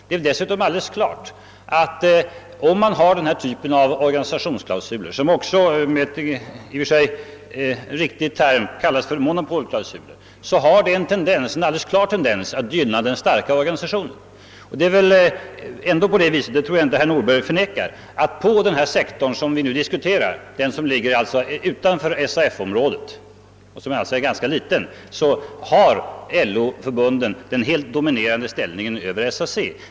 Det är alldeles klart, att denna typ av organisationsklausuler, som också kallas för monopolklausuler, har en alldeles klar tendens att gynna den starka organisationen. Det är väl ändå på det viset — jag tror inte herr Nordberg förnekar det — att även på den sektor som vi nu diskuterar, den som ligger utanför SAF-området och som alltså är ganska liten, LO-förbunden har den helt dominerande ställningen i jämförelse med SAC.